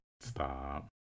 Stop